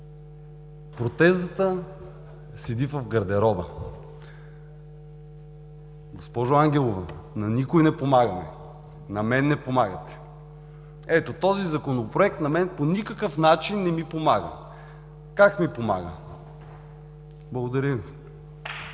„Протезата седи в гардероба.“ Госпожо Ангелова, на никой не помагаме. На мен не помагате. Ето този Законопроект на мен по никакъв начин не ми помага. Как ми помага? Благодаря Ви.